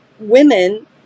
women